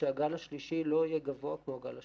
שהגל השלישי לא גבוה כמו הגל השני.